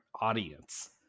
audience